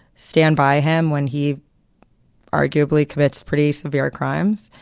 stand by him when he arguably quits. pretty severe crimes.